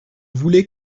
voulaient